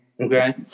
Okay